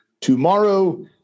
Tomorrow